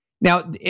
now